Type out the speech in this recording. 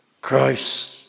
Christ